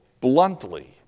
bluntly